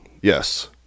Yes